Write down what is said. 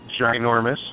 ginormous